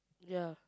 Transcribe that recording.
ya